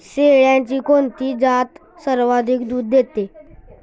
शेळ्यांची कोणती जात सर्वाधिक दूध देते?